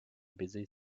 busy